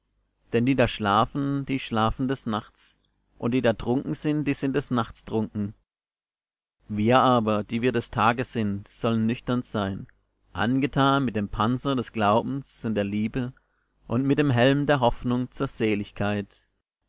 denn die da schlafen die schlafen des nachts und die da trunken sind die sind des nachts trunken wir aber die wir des tages sind sollen nüchtern sein angetan mit dem panzer des glaubens und der liebe und mit dem helm der hoffnung zur seligkeit